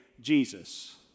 Jesus